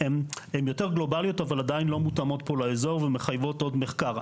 הן יותר גלובאליות אבל עדיין לא מותאמות פה לאזור ומחייבות עוד מחקר.